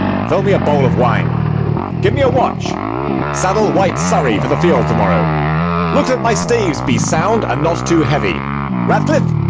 fill me a bowl of wine give me a watch saddle white surrey for the field to-morrow look that my staves be sound, and not too heavy ratcliff